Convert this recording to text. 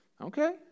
Okay